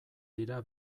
dira